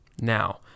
Now